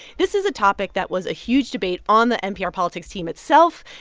this is a topic that was a huge debate on the npr politics team itself.